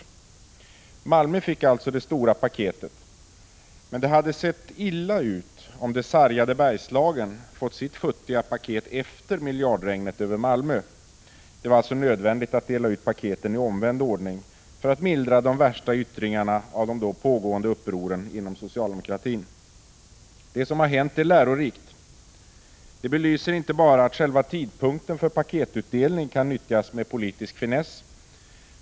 Malmö fick 139 således det stora paketet. Men det hade sett illa ut om det sargade Bergslagen hade fått sitt futtiga paket efter miljardregnet över Malmö. Det var alltså nödvändigt att dela ut paketen i omvänd ordning för att mildra de värsta yttringarna av de då pågående upproren inom socialdemokratin. Det som har hänt är lärorikt. Det belyser inte bara att själva valet av tidpunkt för paketutdelning kan nyttjas med politisk finess.